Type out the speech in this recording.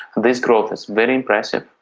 this growth is very impressive,